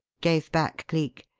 gave back cleek.